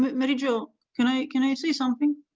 mary jo can i can i say something?